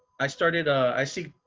i started, i see,